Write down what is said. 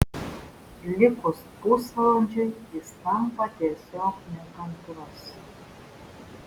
likus pusvalandžiui jis tampa tiesiog nekantrus